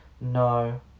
No